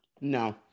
No